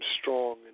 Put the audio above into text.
strong